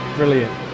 brilliant